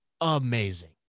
amazing